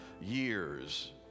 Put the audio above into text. years